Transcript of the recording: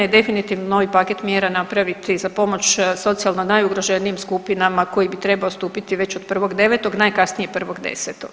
Definitivno novi paket mjera napraviti za pomoć socijalno najugroženijim skupinama koji bi trebao stupiti već od 1.9., najkasnije 1.10.